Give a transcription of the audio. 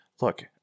look